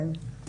כן.